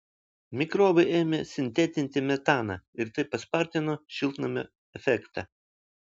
mikrobai ėmė sintetinti metaną ir tai paspartino šiltnamio efektą